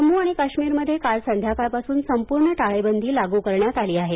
जम्मू आणि काश्मीरमध्ये काल संध्याकाळपासून संपूर्ण टाळेबंदी लागू करण्यात आली आहे